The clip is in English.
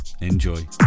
enjoy